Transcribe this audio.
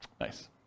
Nice